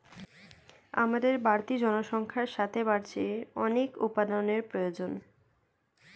আমাদের বাড়তি জনসংখ্যার সাথে বাড়ছে অনেক উপাদানের প্রয়োজন